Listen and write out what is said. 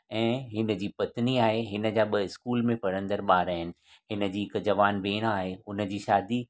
ऐं हिनजी पत्नी आहे ऐं हिनजा ॿ स्कूल में पढ़ंदड़ ॿार आहिनि हिनजी हिकु जवान भेण आहे उनजी शादी